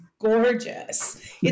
Gorgeous